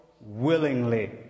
willingly